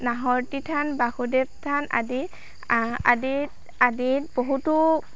নাহৰতি থান বাসুদেৱ থান আদি আদিত আদিত বহুতো